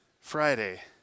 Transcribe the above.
Friday